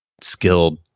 skilled